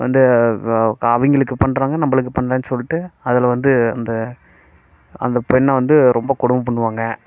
வந்து அவங்களுக்கு பண்ணுறாங்க நம்மளுக்கு பண்ணல சொல்லிட்டு அதில் வந்து அந்த அந்த பெண்ணை வந்து ரொம்ப கொடுமை பண்ணுவாங்க